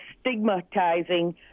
stigmatizing